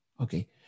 okay